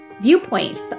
viewpoints